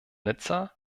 nizza